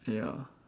ya